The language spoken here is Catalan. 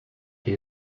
que